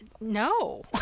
no